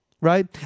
right